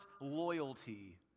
loyalty